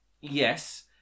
Yes